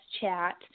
chat